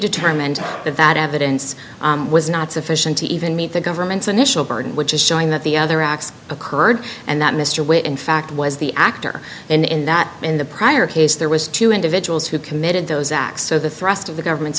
determined that that evidence was not sufficient to even meet the government's initial burden which is showing that the other acts occurred and that mr witt in fact was the actor and in that in the prior case there was two individuals who committed those acts so the thrust of the government's